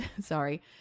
sorry